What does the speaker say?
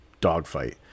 dogfight